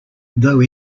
though